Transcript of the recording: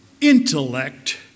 intellect